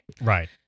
Right